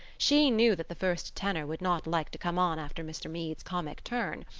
she knew that the first tenor would not like to come on after mr. meade's comic turn.